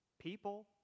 People